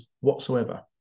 whatsoever